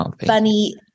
funny